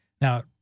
Now